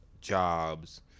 jobs